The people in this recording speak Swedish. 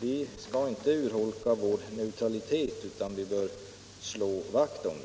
Vi skall inte urholka vår neutralitet utan bör slå vakt om den.